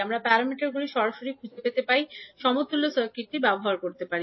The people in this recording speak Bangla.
আমরা প্যারামিটারগুলি সরাসরি খুঁজে পেতে পাই সমতুল্য সার্কিটটি ব্যবহার করতে পারি